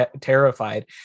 terrified